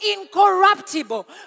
incorruptible